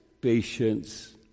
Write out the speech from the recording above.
patience